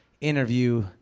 interview